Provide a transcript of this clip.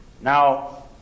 Now